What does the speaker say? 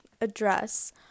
address